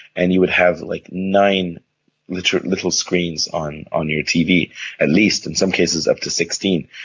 and you would have like nine little little screens on on your tv at least, in some cases up to sixteen,